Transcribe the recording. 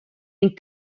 ning